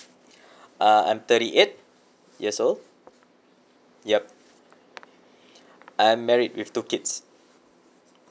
uh I'm thirty eight years old yup I'm married with two kids